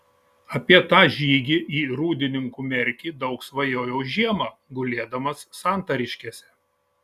apie tą žygį į rūdninkų merkį daug svajojau žiemą gulėdamas santariškėse